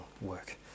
work